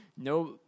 no –